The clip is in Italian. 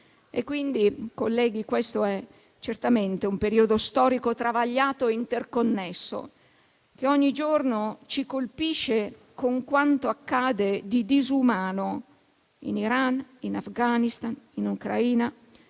Onorevoli colleghi, questo è certamente un periodo storico travagliato e interconnesso, che ogni giorno ci colpisce con quanto accade di disumano, in Iran, in Afghanistan, in Ucraina,